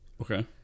Okay